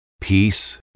Peace